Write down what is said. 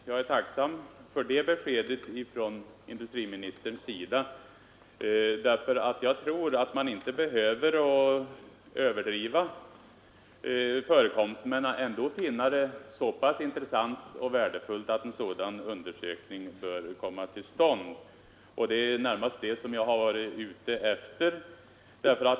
Herr talman! Jag är tacksam för det beskedet från industriministern. Jag tror nämligen att man inte behöver överdriva förekomsten men ändå kan finna det intressant och värdefullt att en undersökning av det här slaget kommer till stånd. Det är närmast detta som jag har varit ute efter.